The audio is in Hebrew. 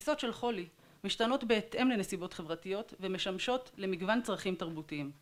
תפיסות של חולי משתנות בהתאם לנסיבות חברתיות ומשמשות למגוון צרכים תרבותיים